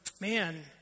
man